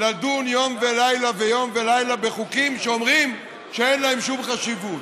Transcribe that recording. לדון יום ולילה ויום ולילה בחוקים שאומרים שאין להם שום חשיבות?